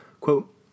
quote